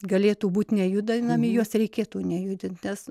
galėtų būti nejudinami juos reikėtų nejudint nes